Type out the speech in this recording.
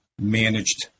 managed